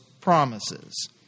promises